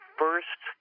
first